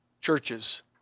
churches